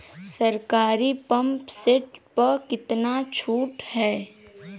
सरकारी pump set प कितना छूट हैं?